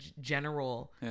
general